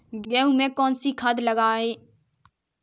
गेहूँ में कौनसी खाद लगाएँ?